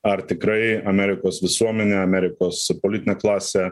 ar tikrai amerikos visuomenė amerikos politinė klasė